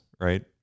right